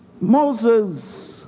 Moses